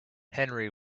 henry